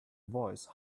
voice